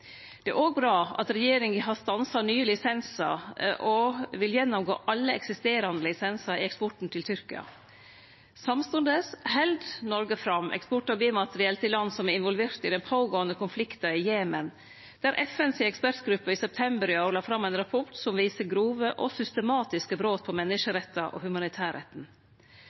Det er òg bra at regjeringa har stansa nye lisensar og vil gjennomgå alle eksisterande lisensar i eksporten til Tyrkia. Samstundes held Noreg fram med eksport av B-materiell til land som er involverte i den pågåande konflikten i Jemen, der FNs ekspertgruppe i september i år la fram ein rapport som viser grove og systematiske brot på menneskerettane og humanitærretten.